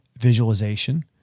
visualization